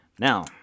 Now